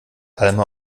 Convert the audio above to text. alma